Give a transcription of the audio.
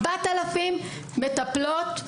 4,000 מטפלות,